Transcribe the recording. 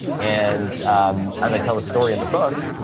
and as i tell the story in the book,